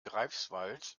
greifswald